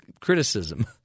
criticism